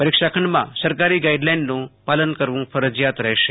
પરીક્ષાખંડમાં સરકારી ગાઈડલાઈનું પાલન ફરજીયાત રહેશે